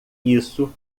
isso